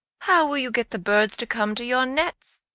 how will you get the birds to come to your nets?